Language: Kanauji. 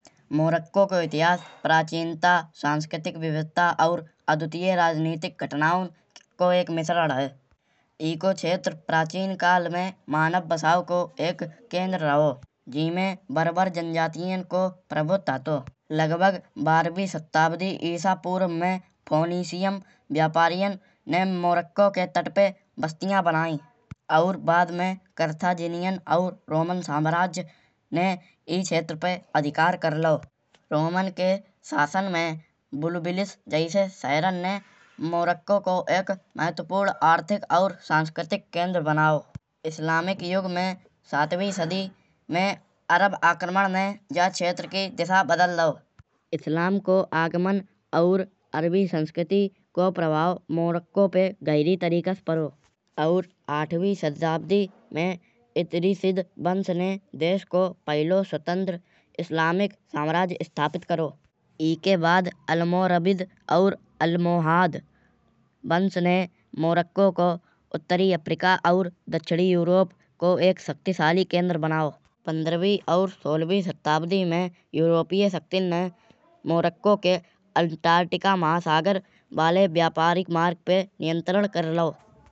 मोरक्को को इतिहास प्राचीनता संस्कृति विविधता और अद्वितीय राजनैतिक घटनाओं को बेक मिश्रण है। एको क्षेत्र प्राचीन काल में मानव बसाओं को एक केंद्र रहो। जीमे बारबार जनजातियों को प्रभुत्व हटो। लगभग बारहवीं सदी ईसा पूर्व में फोनीसियम व्यापारियों ने मोरक्को के तट पे बस्तियां बनाईं। और बाद में कार्थजेनीयुन और रोमन साम्राज्य ने ई क्षेत्र पे अधिकार कर लाओ। रोमन के शासन में बुलबिलिस जैसे शहरन ने मोरक्को को एक महत्वपूर्ण आर्थिक और संस्कृति केंद्र बनाओ। इस्लामिक युग में सातवीं सदी में अरब आक्रमण ने जे क्षेत्र की दिशा बदल दाओ। इस्लाम को आगमन और अरबी संस्कृति को प्रभाव मोरक्को पे गहरी तरीका से परो। और आठवीं सदी में इतरी सिद वंश ने देश को पहली स्वतंत्र इस्लामिक साम्राज्य स्थापित करो। ईके बाद अलमौरबिद और अल्मोहाद वंश ने मोरक्को को उत्तरी अफ्रीका और दक्षिणी यूरोप को एक शक्तिशाली केंद्र बनाओ। पंद्रहवीं और सोलहवीं सदी में यूरोपिया शक्तिन ने मोरक्को के अंटार्कटिका महासागर वाले व्यापारिक मार्ग पे नियंत्रण कर लाओ।